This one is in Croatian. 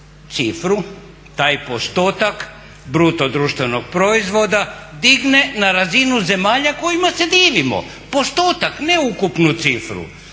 cifru, taj postotak BDP-a digne na razinu zemalja kojima se divimo, postotak ne ukupnu cifru.